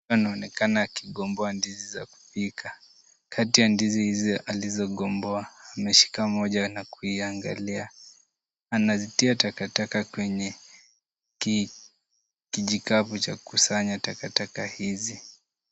Mtu anaonekana akigomboa ndizi za kupika. Kati ya ndizi hizo alizogomboa, ameshika moja na kuiangalia. Anazitia takataka kwenye kijikapu cha kusanya takataka hizi.